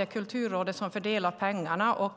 är Kulturrådet som fördelar pengarna.